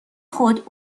خود